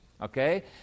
okay